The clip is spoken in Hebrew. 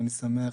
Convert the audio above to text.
ואני שמח